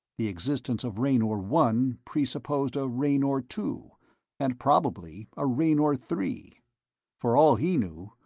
the existence of raynor one presupposed a raynor two and probably a raynor three for all he knew,